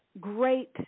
great